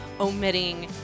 omitting